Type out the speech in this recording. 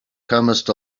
comest